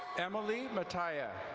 emily mataya.